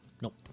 Nope